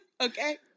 Okay